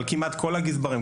אבל כמעט כל הגזברים,